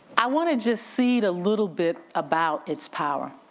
i wanna just see a little bit about its power.